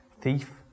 thief